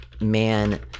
man